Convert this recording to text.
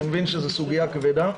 אני מבין שזו סוגיה כבדה,